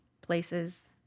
places